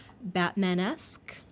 Batman-esque